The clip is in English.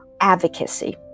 advocacy